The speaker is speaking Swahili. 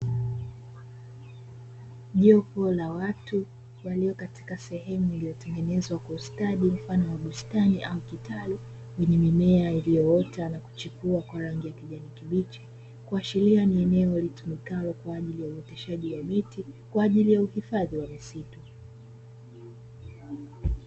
Jopo la watu walio katika sehemu iliyotengenezwa kwa ustadi mfano wa bustani ama kitalu yenye mimea iliyoota na kuchipua kwa rangi ya kijani kibichi, kuashiria ni eneo litumikalo kwa ajili ya uoteshaji wa miti kwa ajili ya uhifadhi wa misitu.